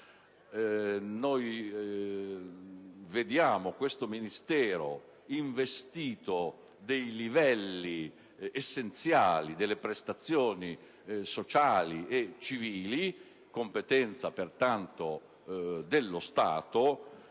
Vediamo questo Ministero investito dei livelli essenziali, delle prestazioni sociali e civili, competenza pertanto dello Stato,